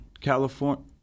California